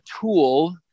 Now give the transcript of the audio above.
tool